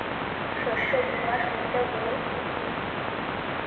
শস্য বিমার সুবিধাগুলি কি কি?